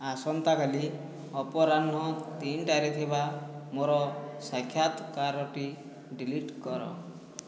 ଆସନ୍ତାକାଲି ଅପରାହ୍ନ ତିନିଟାରେ ଥିବା ମୋର ସାକ୍ଷାତକାରଟି ଡିଲିଟ୍ କର